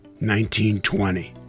1920